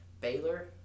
Baylor